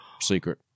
secret